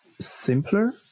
simpler